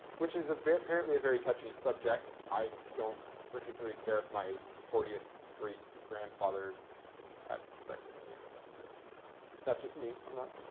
which is apparently a very touchy subject, i don't particularly care if my fortieth great grandfather had sex with a neanderthal, but that's just me. i'm not,